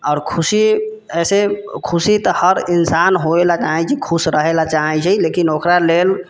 आओर खुशी ऐसे खुशी तऽ हर इन्सान होयला चाहै छै खुश रहैला चाहै छै लेकिन ओकरा लेल